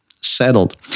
settled